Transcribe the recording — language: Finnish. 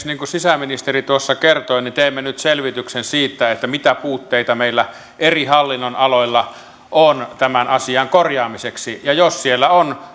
niin kuin sisäministeri tuossa kertoi teemme nyt selvityksen siitä mitä puutteita meillä eri hallinnon aloilla on tämän asian korjaamiseksi ja jos siellä on